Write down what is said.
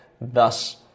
thus